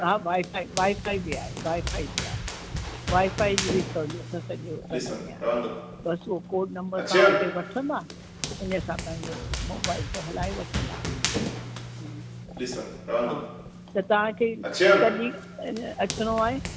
हा wifi wifi बि आहे वाईफ़ाई बि आहे वाईफ़ाई जी बि सहुलियत सॼे होटल में आहे बसि उहो कोड नंबर तव्हां हिते वठंदा हुन सां पंहिंजे मोबाइल ते हलाए वठंदा हम्म हा त तव्हांखे कॾहिं अचिणो आहे